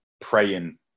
praying